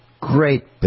great